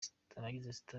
staff